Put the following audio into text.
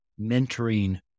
mentoring